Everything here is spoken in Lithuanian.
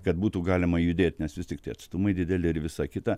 kad būtų galima judėt nes vis tiktai atstumai dideli ir visa kita